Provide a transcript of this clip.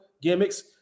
gimmicks